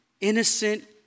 innocent